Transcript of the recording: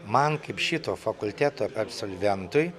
man kaip šito fakulteto absolventui